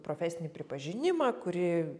profesinį pripažinimą kuri